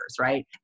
right